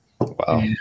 Wow